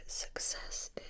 success